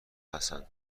حسن